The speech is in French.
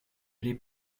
les